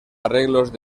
arreglos